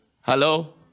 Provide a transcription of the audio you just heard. Hello